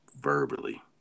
verbally